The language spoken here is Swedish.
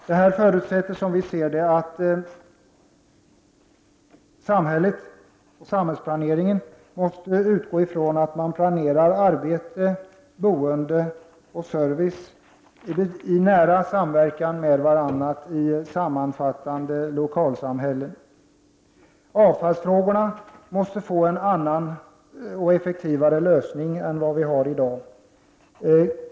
Detta förutsätter, som vi ser det, att man planerar arbete, boende och service i nära samverkan med varandra i de lokala samhällena. Avfallsfrågorna måste få en annan och effektivare lösning än i dag.